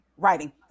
Writing